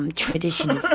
um traditions ah